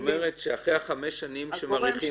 זאת אומרת שאחרי חמש שנים שמאריכים,